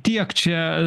tiek čia